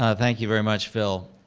ah thank you very much, phil.